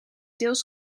deels